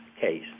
case